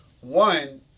one